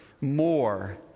more